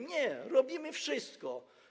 Nie, robimy wszystko.